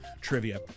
trivia